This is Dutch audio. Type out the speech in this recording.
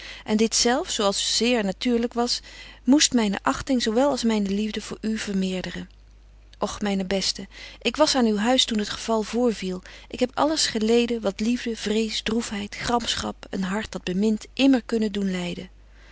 en dit zelf zo als zeer natuurlyk was moest myne achting zo wel als myne liefde voor u vermeerderen och myne beste ik was aan uw huis toen het geval voorviel ik heb alles geleden wat liefde vrees droefheid gramschap een hart dat bemint immer kunnen doen lyden